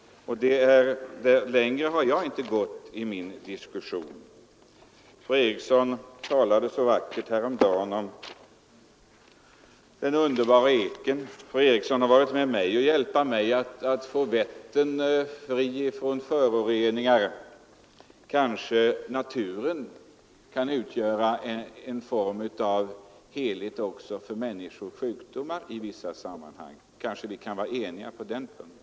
Längre har jag inte gått i min diskussion. Fru Eriksson talade häromdagen så vackert om den underbara eken. Fru Eriksson har också varit med om att hjälpa mig att få Vättern fri från föroreningar. Kanske naturen kan utgöra ett slags helhet också för människors sjukdomar i vissa sammanhang. På den punkten kan vi kanske vara eniga?